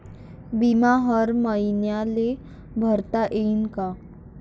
बिमा हर मईन्याले भरता येते का?